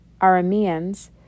Arameans